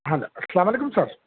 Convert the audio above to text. hello سلام علیکم سر